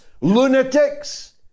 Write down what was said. lunatics